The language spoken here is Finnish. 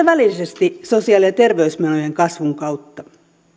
välillisesti sosiaali ja terveysmenojen kasvun kautta